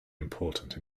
important